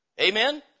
Amen